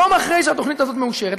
יום אחרי שהתוכנית הזאת מאושרת,